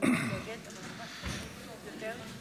על תוכניות לשיקום עוטף עזה ועל תוכניות בינוי.